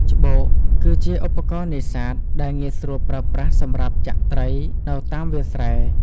ច្បូក គឺជាឧបករណ៍នេសាទដែលងាយស្រួលប្រើប្រាស់សម្រាប់ចាក់ត្រីនៅតាមវាលស្រែ។